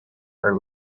are